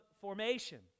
formation